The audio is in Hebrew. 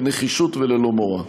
בנחישות וללא מורא.